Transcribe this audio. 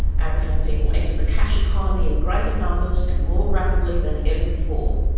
aboriginal people entered the cash economy in greater numbers and more rapidly than ever before.